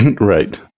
right